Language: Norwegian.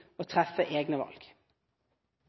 treffe egne valg.